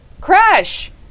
Crash